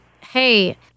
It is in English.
hey